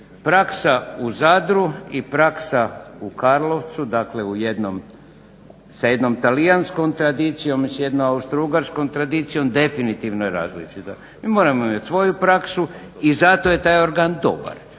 Praksa u Zadru i praksa u Karlovcu, dakle sa jednom talijanskom tradicijom i s jednom austrougarskom tradicijom definitivno je različita. Mi moramo imat svoju praksu i zato je taj organ dobar,